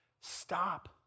stop